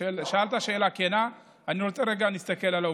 שאלת שאלה כנה, אני רוצה רגע להסתכל על העובדות.